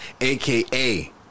AKA